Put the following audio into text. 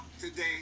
today